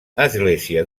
església